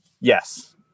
Yes